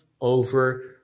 over